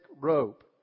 rope